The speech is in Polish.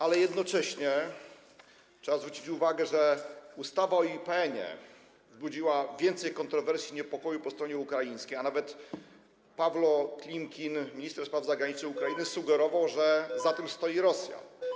Ale jednocześnie trzeba zwrócić uwagę, że ustawa o IPN budziła więcej kontrowersji, niepokoju po stronie ukraińskiej, a nawet Pawło Klimkin, minister spraw zagranicznych Ukrainy, sugerował, że za tym stoi Rosja.